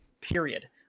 period